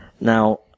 Now